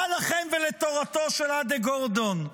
מה לכם ולתורתו של א"ד גורדון?